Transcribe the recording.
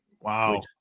Wow